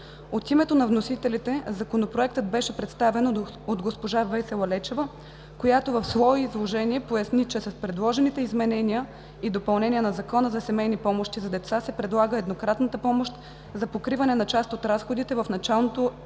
От името на вносителите Законопроектът беше представен от госпожа Весела Лечева, която в своето изложение поясни, че с предложените изменения и допълнения на Закона за семейни помощи за деца се предлага еднократната помощ за покриване на част от разходите в началото на учебната